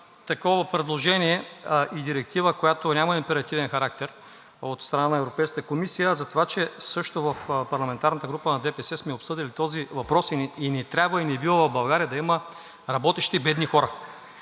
такова предложение и Директива, която няма императивен характер, от страна на Европейската комисия, а затова, че в парламентарната група на ДПС също сме обсъдили този въпрос и не трябва, и не бива в България да има работещи бедни хора.